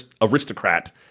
aristocrat